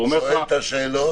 הוא שואל את השאלות.